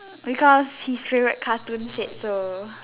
because his favourite cartoon said so